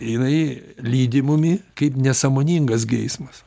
jinai lydi mumi kaip nesąmoningas geismas